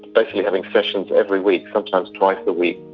basically having sessions every week, sometimes twice a week,